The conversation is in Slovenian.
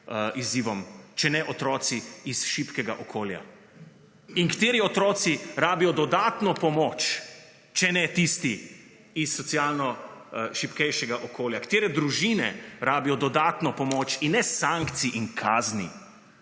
izzivom, če ne otroci iz šibkega okolja. In kateri otroci rabijo dodatno pomoč, če ne tisti iz socialno šibkejšega okolja. Katere družine rabijo dodatno pomoč in ne sankcij in kazni,